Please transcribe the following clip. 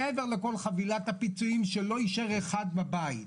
מעבר לכל חבילת הפיצויים שלא יישאר אחד בבית.